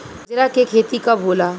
बजरा के खेती कब होला?